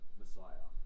messiah